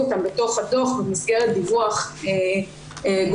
אותם בתוך הדו"ח במסגרת דיווח גורף,